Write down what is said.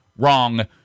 wrong